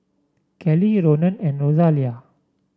Kellie Ronan and Rosalia